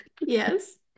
Yes